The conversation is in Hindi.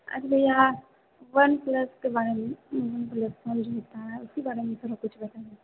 अच्छा भैया वन प्लस के बारे में वन प्लस फोन जो होता है उसके बारे में थोड़ा कुछ बताइए